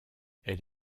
elle